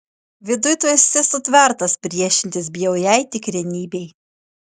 viduj tu esi sutvertas priešintis bjauriai tikrenybei